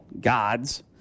gods